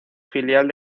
filial